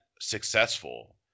successful